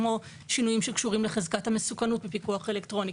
כמו שינויים שקשורים לחזקת המסוכנות בפיקוח אלקטרוני,